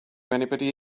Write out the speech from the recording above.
anybody